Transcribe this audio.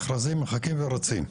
מכרזים מחכים ורצים?